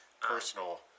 personal